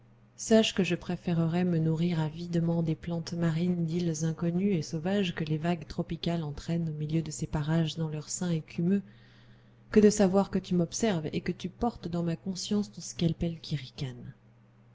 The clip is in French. sache que je préférerais me nourrir avidement des plantes marines d'îles inconnues et sauvages que les vagues tropicales entraînent au milieu de ces parages dans leur sein écumeux que de savoir que tu m'observes et que tu portes dans ma conscience ton scalpel qui ricane